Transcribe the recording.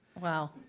Wow